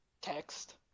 Text